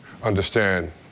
understand